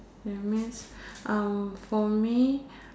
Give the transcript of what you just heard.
that means uh for me